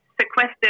sequestered